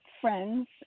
friends